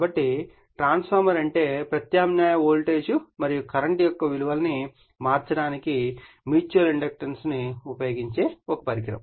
కాబట్టి ట్రాన్స్ఫార్మర్ అంటే ప్రత్యామ్నాయ వోల్టేజ్ మరియు కరెంట్ యొక్క విలువలను మార్చడానికి మ్యూచువల్ ఇండక్టెన్స్ ను ఉపయోగించే ఒక పరికరం